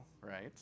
right